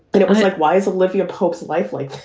it was like, why is olivia pope life-like